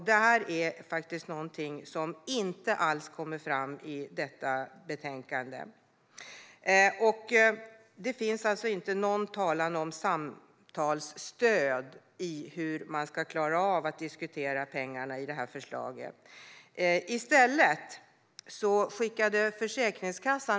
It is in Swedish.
Det här är någonting som inte alls kommer fram i dagens betänkande. Det finns alltså i det här förslaget inte någon talan om samtalsstöd vid diskussion om pengarna.